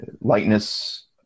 lightness